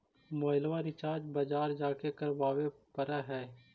मोबाइलवा रिचार्ज बजार जा के करावे पर है?